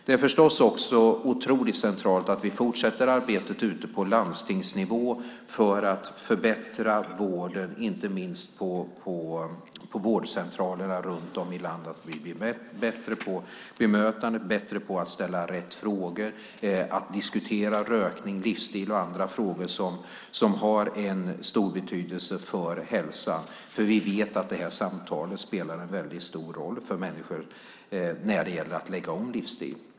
Det är också centralt att vi fortsätter arbetet på landstingsnivå för att förbättra vården, inte minst på vårdcentralerna runt om i landet, och blir bättre på bemötandet, bättre på att ställa rätt frågor, bättre på att diskutera rökning, livsstil och andra frågor som har stor betydelse för hälsan. Vi vet att sådana samtal spelar en väldigt stor roll för människor när det gäller att lägga om livsstil.